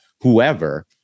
whoever